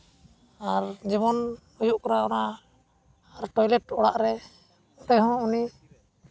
ᱟᱨ ᱡᱮᱢᱚᱱ ᱦᱩᱭᱩᱜ ᱠᱟᱱᱟ ᱚᱱᱟ ᱟᱨ ᱴᱚᱭᱞᱮᱴ ᱚᱲᱟᱜ ᱨᱮ ᱚᱸᱰᱮ ᱦᱚᱸ ᱩᱱᱤ